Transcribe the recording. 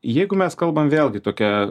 jeigu mes kalbam vėlgi tokia